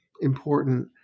important